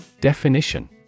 Definition